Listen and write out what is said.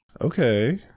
okay